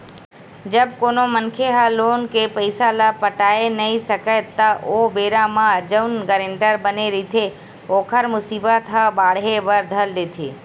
जब कोनो मनखे ह लोन के पइसा ल पटाय नइ सकय त ओ बेरा म जउन गारेंटर बने रहिथे ओखर मुसीबत ह बाड़हे बर धर लेथे